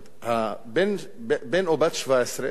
זאת אומרת,